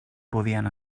podien